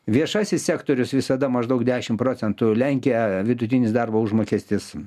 viešasis sektorius visada maždaug dešim procentų lenkia vidutinis darbo užmokestis